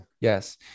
yes